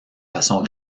façon